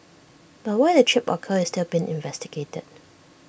but why the trip occurred is still being investigated